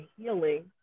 healing